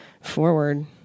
forward